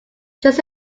just